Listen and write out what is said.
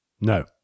no